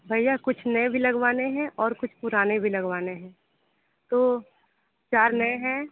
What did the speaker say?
भैया कुछ नए भी लगवाने हैं और कुछ पुराने भी लगवाने हैं तो चार नए हैं